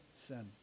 sin